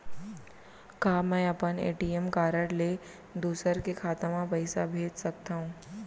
का मैं अपन ए.टी.एम कारड ले दूसर के खाता म पइसा भेज सकथव?